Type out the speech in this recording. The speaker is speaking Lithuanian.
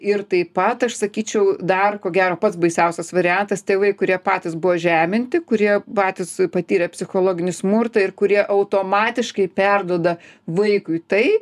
ir taip pat aš sakyčiau dar ko gero pats baisiausias variantas tėvai kurie patys buvo žeminti kurie patys patyrė psichologinį smurtą ir kurie automatiškai perduoda vaikui tai